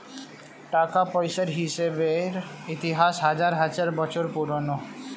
টাকা পয়সার হিসেবের ইতিহাস হাজার হাজার বছর পুরোনো